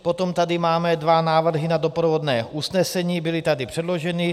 Potom tady máme dva návrhy na doprovodné usnesení, byly tady předloženy.